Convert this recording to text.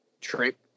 trip